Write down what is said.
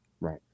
Right